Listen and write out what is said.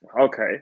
Okay